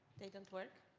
they don't work.